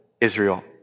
Israel